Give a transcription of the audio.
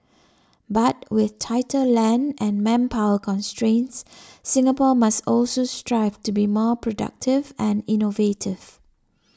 but with tighter land and manpower constraints Singapore must also strive to be more productive and innovative